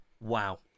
Wow